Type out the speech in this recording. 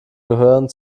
gehören